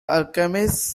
alchemists